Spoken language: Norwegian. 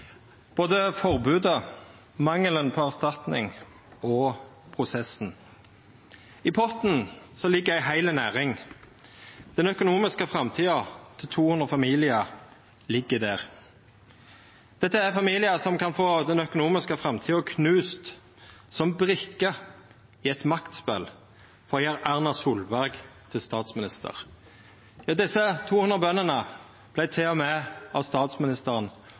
både forbodet, mangelen på erstatning og prosessen. I potten ligg ei heil næring. Den økonomiske framtida for 200 familiar ligg der. Dette er familiar som kan få den økonomiske framtida knust som brikker i eit maktspel for å gjera Erna Solberg til statsminister. Desse 200 bøndene vart til og med av statsministeren